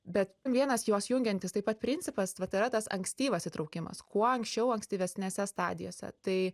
bet vienas juos jungiantis taip pat principas vat yra tas ankstyvas įtraukimas kuo anksčiau ankstyvesnėse stadijose tai